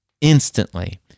instantly